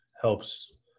helps